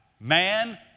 man